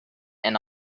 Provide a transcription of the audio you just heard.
and